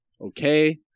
okay